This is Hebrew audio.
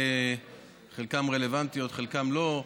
חלקן רלוונטיות וחלקן לא.